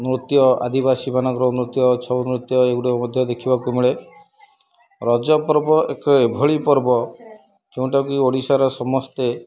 ନୃତ୍ୟ ଆଦିବାସୀ ମାନଙ୍କର ନୃତ୍ୟ ଛଉ ନୃତ୍ୟ ଏଗୁଡ଼ିକ ମଧ୍ୟ ଦେଖିବାକୁ ମିଳେ ରଜ ପର୍ବ ଏକ ଏଭଳି ପର୍ବ ଯୋଉଟାକି ଓଡ଼ିଶାର ସମସ୍ତେ